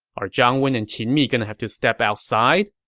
are zhang wen and qin mi gonna have to step outside?